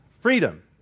Freedom